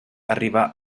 arriva